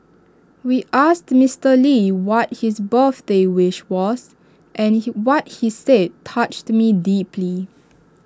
we asked Mister lee what his birthday wish was and he what he said touched me deeply